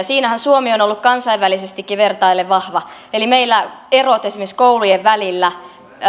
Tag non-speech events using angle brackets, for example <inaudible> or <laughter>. <unintelligible> siinähän suomi on on ollut kansainvälisestikin vertaillen vahva meillä erot esimerkiksi koulujen välillä